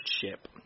Ship